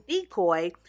decoy